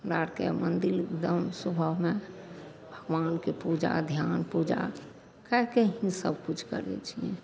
हमरा आओरके मन्दिर एगदम सुबहमे भगवानके पूजा आओर धिआन पूजा सएह सबकिछु सबकिछु करै छिए